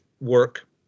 work